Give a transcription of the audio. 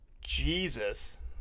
Jesus